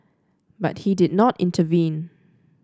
but he did not intervene